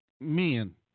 men